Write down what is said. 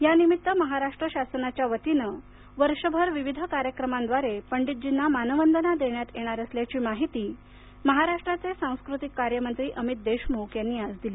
या निमित्त महाराष्ट्र शासनाच्या वतीनं वर्षभर विविध कार्यक्रमांद्वारे पंडितजींना मानवंदना देण्यात येणार असल्याची माहिती महाराष्ट्राचे सांस्कृतिक कार्यमंत्री अमित देशमुख यांनी आज दिली